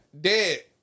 Dead